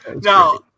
Now